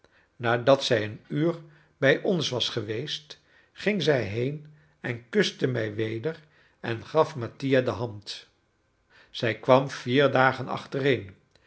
nadat zij een uur bij ons was geweest ging zij heen en kuste mij weder en gaf mattia de hand zij kwam vier dagen achtereen